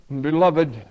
Beloved